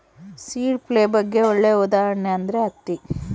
seed ಫೈಬರ್ಗೆ ಒಳ್ಳೆ ಉದಾಹರಣೆ ಅಂದ್ರೆ ಹತ್ತಿ